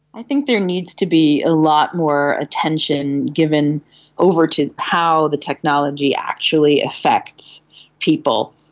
i think there needs to be a lot more attention given over to how the technology actually affects people.